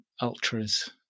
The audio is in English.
ultras